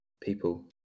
people